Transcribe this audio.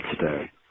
today